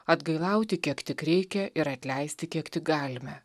atgailauti kiek tik reikia ir atleisti kiek tik galime